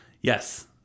Yes